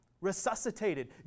resuscitated